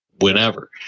whenever